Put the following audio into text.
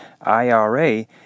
IRA